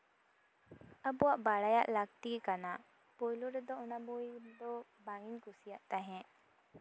ᱟᱵᱚᱣᱟᱜ ᱵᱟᱲᱟᱭᱟᱜ ᱞᱟᱹᱠᱛᱤ ᱠᱟᱱᱟ ᱯᱳᱭᱞᱳ ᱨᱮᱫᱚ ᱚᱱᱟ ᱵᱳᱭ ᱫᱚ ᱵᱟᱝ ᱤᱧ ᱠᱩᱥᱤᱭᱟᱜ ᱛᱟᱦᱮᱸᱫ